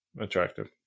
attractive